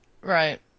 Right